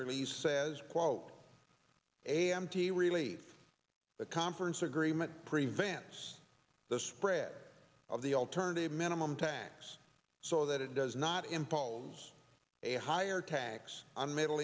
release says quote a m t really the conference agreement prevents the spread of the alternative minimum tax so that it does not impose a higher tax on middle